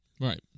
right